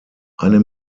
eine